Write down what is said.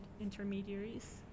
intermediaries